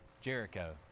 Jericho